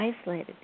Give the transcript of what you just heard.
isolated